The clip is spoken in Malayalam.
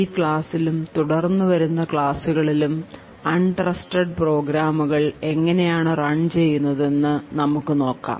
ഈ ക്ലാസ്സിലും തുടർന്ന് വരുന്ന മറ്റു ക്ലാസ്സുകളിലും അൺ ട്രസ്റ്റഡ് പ്രോഗ്രാമുകൾ എങ്ങനെയാണു റൺ ചെയ്യുന്നതെന്ന് നമുക്ക് നോക്കാം